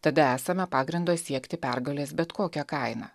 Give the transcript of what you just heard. tada esama pagrindo siekti pergalės bet kokia kaina